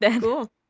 Cool